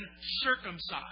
circumcised